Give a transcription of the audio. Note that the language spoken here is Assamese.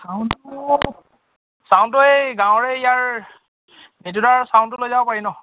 চাউণ্ডটো চাউণ্ডটো এই গাঁৱৰে ইয়াৰ মৃদু দাৰ চাউণ্ডটো লৈ যাব পাৰি ন